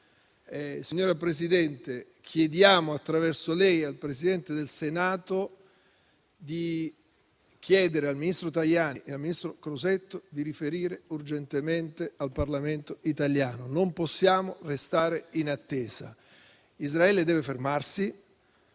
Signora Presidente, chiediamo attraverso lei al Presidente del Senato di chiedere al ministro Tajani e al ministro Crosetto di riferire urgentemente al Parlamento italiano. Non possiamo restare in attesa: Israele deve fermarsi